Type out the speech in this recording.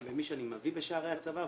גם במי שאני מביא בשערי הצבא,